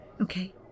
okay